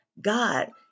God